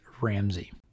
Ramsey